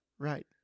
Right